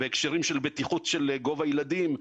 בהקשרים של בטיחות של גובה ילדים,